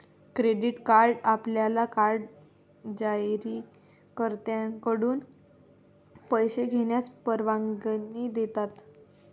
credit card आपल्याला card जारीकर्त्याकडून पैसे घेण्यास परवानगी देतात